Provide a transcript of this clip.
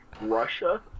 Russia